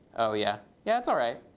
oh, yeah. yeah, it's all right.